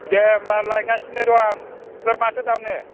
दे होमब्ला लायगासिनो दं आं आमफ्राय माथो दामनो